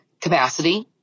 capacity